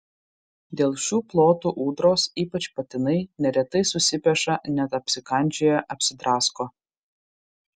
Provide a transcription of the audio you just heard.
dėl šių plotų ūdros ypač patinai neretai susipeša net apsikandžioja apsidrasko